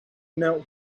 knelt